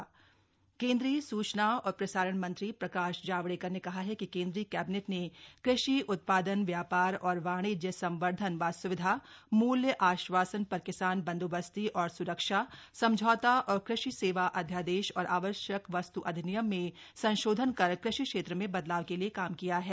केंद्रीय मंत्रिमंडल फैसले केंद्रीय सूचना और प्रसारण मंत्री प्रकाश जावडेकर ने कहा है कि केंद्रीय कैबिनेट ने कृषि उत्पादन व्यापार और वाणिज्य संवर्धन व सुविधा मूल्य आश्वासन पर किसान बंदोबस्ती और स्रक्षा समझौता और कृषि सेवा अध्यादेश और आवश्यक वस्त् अधिनियम में संशोधन कर कृषि क्षेत्र में बदलाव के लिए काम किया है